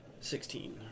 Sixteen